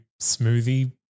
smoothie